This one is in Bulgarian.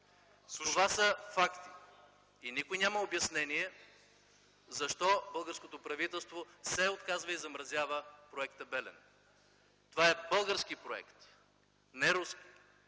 Това са факти. И никой няма обяснение защо българското правителство се отказа и замразява проекта „Белене”. Това е български проект, не руски,